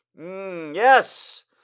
Yes